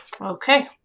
Okay